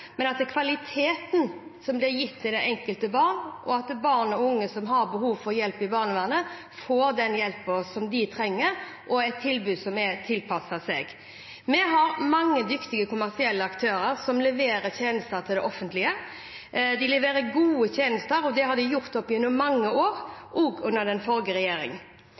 men kvaliteten som blir gitt til det enkelte barn, og at barn og unge som har behov for hjelp av barnevernet, får den hjelpen de trenger, og et tilbud som er tilpasset den enkelte. Vi har mange dyktige kommersielle aktører som leverer tjenester til det offentlige. De leverer gode tjenester, og det har de gjort gjennom mange år, også under den forrige